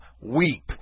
weep